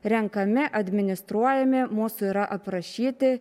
renkami administruojami mūsų yra aprašyti